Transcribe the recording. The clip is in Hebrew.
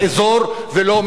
מזה.